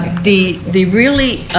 the the really